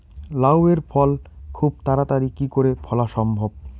লাউ এর ফল খুব তাড়াতাড়ি কি করে ফলা সম্ভব?